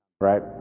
right